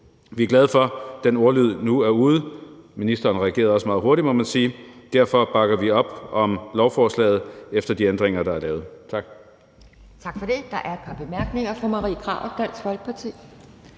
Vi er glade for, at den ordlyd nu er ude. Ministeren reagerede også meget hurtigt, må man sige. Derfor bakker vi op om lovforslaget efter de ændringer, der er lavet. Tak. Kl. 19:23 Anden næstformand (Pia Kjærsgaard): Tak for det. Der er et par bemærkninger. Fru Marie Krarup, Dansk Folkeparti.